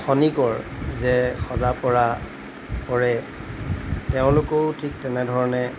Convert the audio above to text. খনিকৰ যে সজা পৰা কৰে তেওঁলোকেও ঠিক তেনেধৰণে